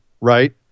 right